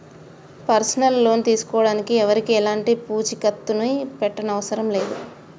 personal loan తీసుకోడానికి ఎవరికీ ఎలాంటి పూచీకత్తుని పెట్టనవసరం లేదు